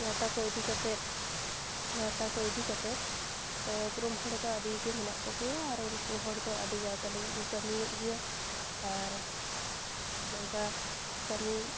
ᱜᱟᱶᱛᱟ ᱠᱚ ᱤᱫᱤ ᱠᱟᱛᱮᱫ ᱜᱟᱶᱛᱟ ᱠᱚ ᱤᱫᱤ ᱠᱟᱛᱮ ᱩᱯᱨᱩᱢ ᱦᱚᱲ ᱫᱚ ᱟᱹᱰᱤ ᱜᱮ ᱢᱮᱱᱟᱜ ᱠᱚᱜᱮᱭᱟ ᱟᱨ ᱩᱱᱠᱩ ᱦᱚᱲ ᱫᱚ ᱟᱹᱰᱤ ᱜᱟᱶᱛᱟ ᱞᱟᱹᱜᱤᱫ ᱠᱚ ᱠᱟᱹᱢᱤᱭᱮᱫ ᱜᱮᱭᱟ ᱟᱨ ᱱᱚᱝᱠᱟ ᱠᱟᱹᱢᱤ